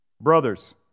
Brothers